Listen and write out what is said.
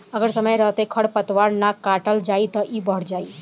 अगर समय रहते खर पातवार के ना काटल जाइ त इ बढ़ जाइ